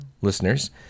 listeners